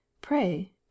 pray